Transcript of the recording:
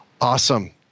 Awesome